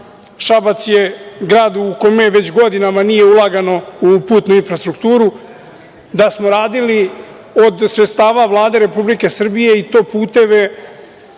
Šabac je grad u kome već godinama nije ulagano u putnu infrastrukturu, da smo radili od sredstava Vlade Republike Srbije i to puteve